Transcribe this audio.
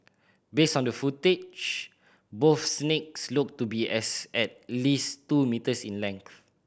based on the footage both snakes looked to be as at least two metres in length